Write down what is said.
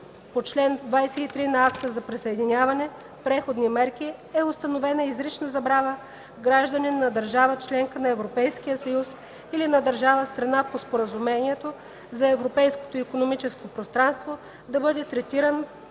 по чл. 23 на Акта за присъединяване – Преходни мерки, е установена изрична забрана гражданин на държава – членка на Европейския съюз или на държава – страна по Споразумението за Европейското икономическо пространство, да бъде третиран